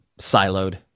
siloed